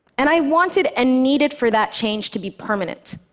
and i wanted and needed for that change to be permanent.